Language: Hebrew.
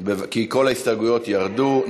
כי כל ההסתייגויות ירדו.